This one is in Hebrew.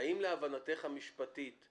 האם להבנתך המשפטית,